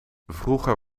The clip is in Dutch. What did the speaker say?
vroeger